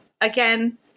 again